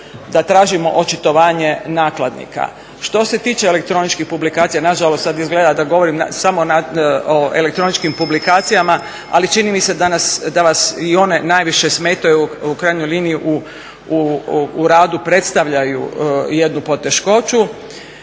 da tražimo očitovanje nakladnika. Što se tiče elektroničkih publikacija, nažalost sad izgleda da govorim samo na elektroničkim publikacijama ali čini mi se da vas i one najviše smetaju u krajnjoj liniji u radu predstavljaju jednu poteškoću.